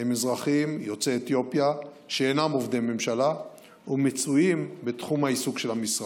אזרחים יוצאי אתיופיה שאינם עובדי ממשלה ומצויים בתחום העיסוק של המשרד.